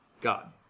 God